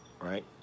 right